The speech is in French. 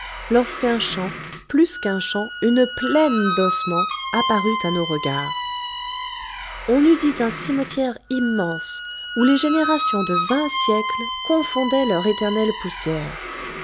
lorsqu'un champ plus qu'un champ une plaine d'ossements apparut à nos regards on eût dit un cimetière immense où les générations de vingt siècles confondaient leur éternelle poussière